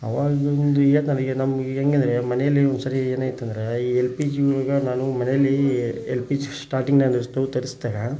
ಆವಾಗಲೂ ಒಂದು ಹೇಳ್ತಾರೆ ಈಗ ನಮಗೆ ಈಗ ಹೆಂಗಂದ್ರೆ ಮನೆಯಲ್ಲಿ ಒಂದ್ಸರಿ ಏನಾಯ್ತಂದ್ರೆ ಈ ಎಲ್ ಪಿ ಜಿ ಒಳಗೆ ನಾನು ಮನೆಯಲ್ಲಿ ಎಲ್ ಪಿ ಜಿ ಸ್ಟಾರ್ಟಿಂಗ್ ನಾನು ಸ್ಟೌವ್ ತರ್ಸಿದೆ